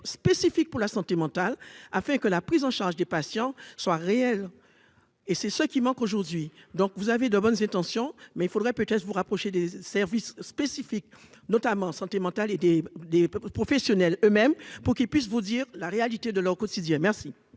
spécifique pour la santé mentale afin que la prise en charge des patients soient réelles et c'est ce qui manque aujourd'hui, donc vous avez de bonnes intentions mais faudrait peut-être vous rapprocher des services spécifiques notamment sentimental et des des professionnels eux-mêmes pour qu'il puisse vous dire la réalité de leur quotidien, merci.